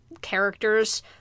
characters